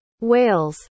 Wales